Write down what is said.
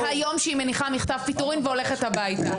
זה היום שהיא מניחה מכתב פיטורין והולכת הביתה.